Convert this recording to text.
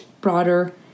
broader